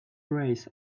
race